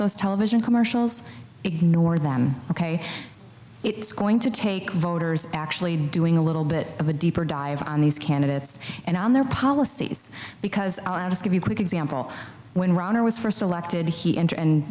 those television commercials ignore them ok it's going to take voters actually doing a little bit of a deeper dive on these candidates and on their policies because i'll just give you a quick example when runner was first elected he entered